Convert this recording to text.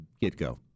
get-go